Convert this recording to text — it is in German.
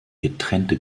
getrennte